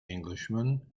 englishman